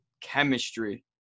chemistry